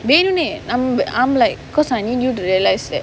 then னு நம்ப:nu namba I'm like because I need you to realise that